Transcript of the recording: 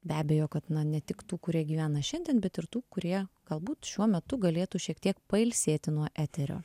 be abejo kad na ne tik tų kurie gyvena šiandien bet ir tų kurie galbūt šiuo metu galėtų šiek tiek pailsėti nuo eterio